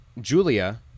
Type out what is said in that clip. Julia